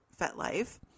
FetLife